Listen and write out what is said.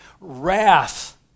wrath